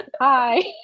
hi